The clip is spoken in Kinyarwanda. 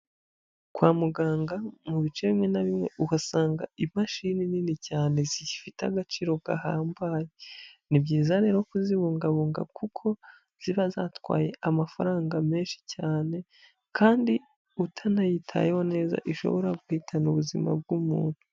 Kwa muganga, mu bice bimwe na bimwe uhasanga imashini nini cyane zifite agaciro gahambaye. Ni byiza rero no kuzibungabunga kuko ziba zatwaye amafaranga menshi cyane kandi utanayitayeho neza ishobora guhitana ubuzima bw'umuntu.